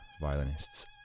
violinists